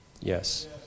Yes